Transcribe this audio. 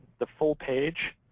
the full page,